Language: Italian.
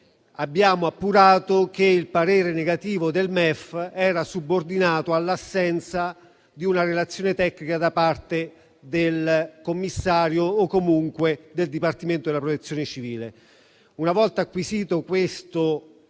abbiamo appurato che il parere negativo del MEF era subordinato all'assenza di una relazione tecnica da parte del commissario o comunque del Dipartimento della protezione civile. Una volta acquisita questa